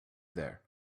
there